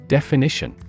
Definition